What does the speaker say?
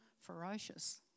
ferocious